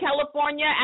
California